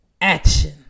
action